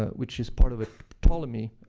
ah which is part of a ptolemy